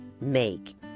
make